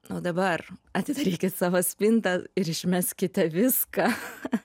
nuo dabar atidarykit savo spintą ir išmeskite viską